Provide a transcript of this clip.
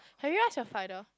have you asked your father